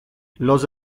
los